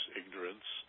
ignorance